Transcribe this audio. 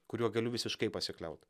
kuriuo galiu visiškai pasikliaut